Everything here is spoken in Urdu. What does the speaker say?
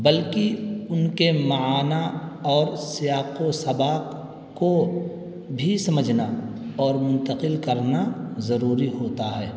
بلکہ ان کے معانیٰ اور سیاق و سباق کو بھی سمجھنا اور منتقل کرنا ضروری ہوتا ہے